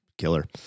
killer